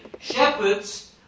Shepherds